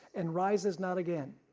and rises not again.